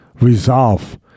resolve